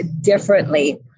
differently